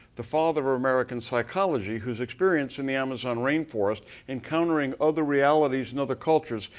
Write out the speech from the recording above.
the father of american psychology, whose experience in the amazon rain forest encountering other realities and other cultures,